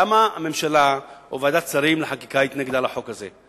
למה הממשלה או ועדת השרים לחקיקה התנגדה לחוק הזה.